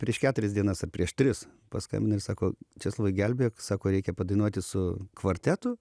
prieš keturias dienas ar prieš tris paskambina ir sako česlovai gelbėk sako reikia padainuoti su kvartetu